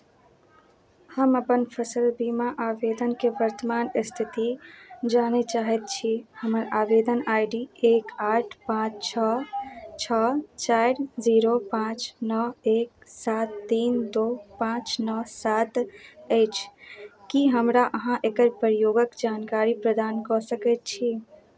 हम अपन फसल बीमा आवेदनके वर्तमान स्थिति जानय चाहैत छी हमर आवेदन आइ डी एक आठ पाँच छओ छओ चारि जीरो पाँच नओ एक सात तीन दू पाँच नओ सात अछि की हमरा अहाँ एकर प्रयोगक जानकारी प्रदान कऽ सकैत छी